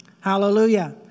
Hallelujah